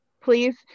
please